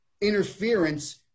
interference